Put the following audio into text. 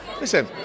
Listen